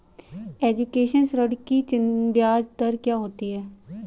Education ऋृण की ब्याज दर क्या होती हैं?